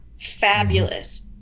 fabulous